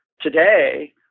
today